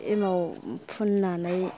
एमाव फुननानै